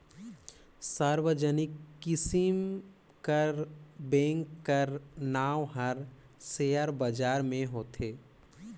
सार्वजनिक किसिम कर बेंक कर नांव हर सेयर बजार में होथे